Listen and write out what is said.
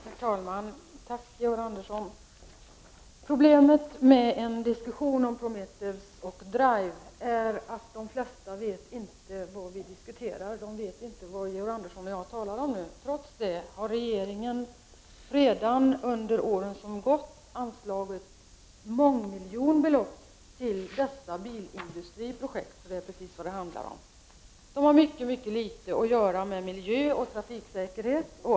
Herr talman! Tack för svaret, Georg Andersson. Problemet med en diskussion om Prometheus och DRIVE är att de flesta inte vet vad vi diskuterar. De vet inte vad Georg Andersson och jag talar om nu. Trots det har regeringen redan under åren som gått anslagit mångmiljonbelopp till dessa bilindustriprojekt, för det är precis vad det handlar om. Det har mycket litet att göra med miljöoch trafiksäkerhet.